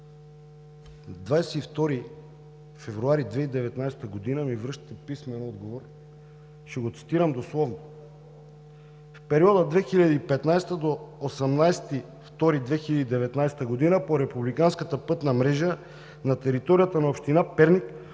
22 февруари 2019 г. ми връщате писмен отговор, ще го цитирам дословно: „В периода 2015 до 18 февруари 2019 г. по Републиканската пътна мрежа на територията на община Перник